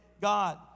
God